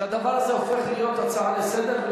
שהדבר הזה הופך להיות הצעה לסדר-היום,